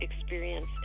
experience